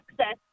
access